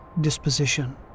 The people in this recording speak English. disposition